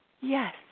Yes